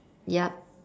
yup